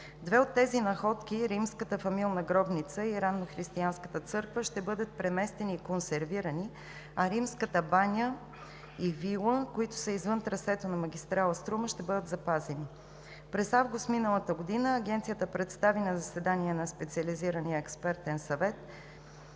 Две от тези находки – римската фамилна гробница и раннохристиянската църква, ще бъдат преместени и консервирани, а римската баня и вила, които са извън трасето на магистрала „Струма“, ще бъдат запазени. През месец август миналата година Агенцията представи на заседание на Специализирания експертен съвет